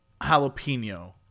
Jalapeno